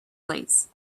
plates